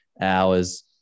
hours